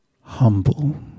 humble